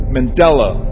Mandela